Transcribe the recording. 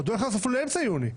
עוד אין לך אפילו אמצע יוני.